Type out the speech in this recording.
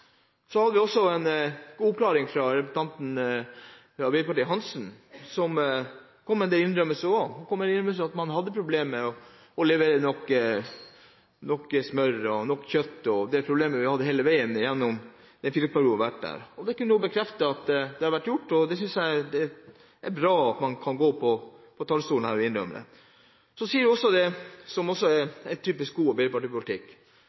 Så hadde vi også en oppklaring fra representanten Hansen fra Arbeiderpartiet, som også kom med en del innrømmelser. Hun kom med innrømmelse om at man hadde problem med å levere nok smør og nok kjøtt – det problemet har vi hatt hele veien gjennom den fireårsperioden hun har vært her. Hun kunne bekrefte det, og jeg synes det er bra at man kan gå på talerstolen her og innrømme det. Så sier hun også noe som er typisk god arbeiderpolitikk. For Arbeiderpartiet har jo aldri brydd seg om norske arbeidsplasser, og det